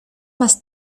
más